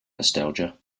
nostalgia